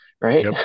right